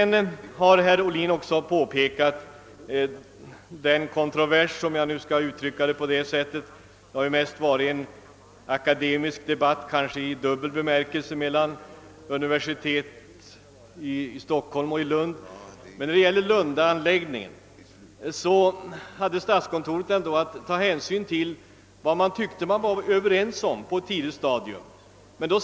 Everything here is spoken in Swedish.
Vidare talar herr Ohlin om »kontroversen» — det har ju främst varit en i dubbel bemärkelse akademisk debatt — med universiteten i Stockholm och Lund. Beträffande lundaanläggningen hade statskontoret att ta hänsyn till vad man på ett tidigt stadium tycktes vara överens om.